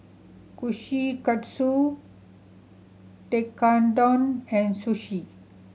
Kushikatsu Tekkadon and Sushi